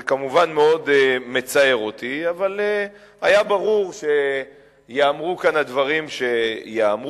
זה כמובן מאוד מצער אותי אבל היה ברור שיאמרו כאן הדברים שייאמרו.